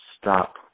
stop